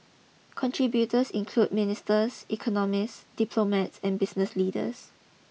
contributors include ministers economists diplomats and business leaders